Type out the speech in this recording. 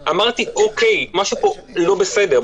אמרתי: משהו פה לא בסדר.